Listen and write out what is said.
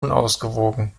unausgewogen